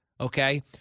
Okay